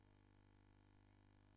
כבוד